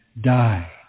die